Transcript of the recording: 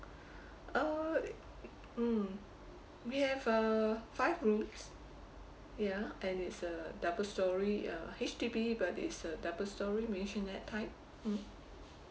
uh mm we have uh five rooms ya and it's a double storey uh H_D_B but it's a double storey maisonettes type